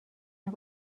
رفت